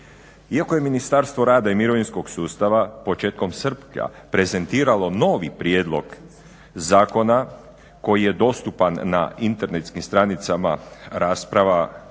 Iako je Ministarstvo rada i mirovinskog sustava početkom srpnja prezentiralo novi prijedlog zakona koji je dostupan na internetskim stranicama rasprava